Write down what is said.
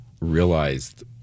realized